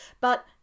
but-